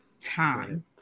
time